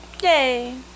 Yay